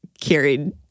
carried